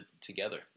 together